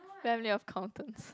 family of accountants